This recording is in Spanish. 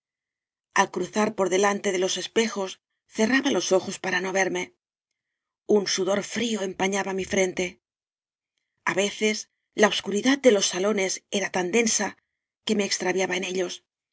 al cruzar por delante de los espejos cerraba los ojos para no verme un sudor frío empañaba mi fren te a veces la obscuridad de los salones era tan densa que me extraviaba en ellos